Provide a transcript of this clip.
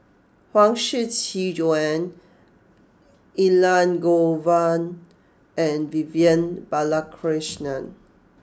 Huang Shiqi Joan Elangovan and Vivian Balakrishnan